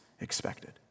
expected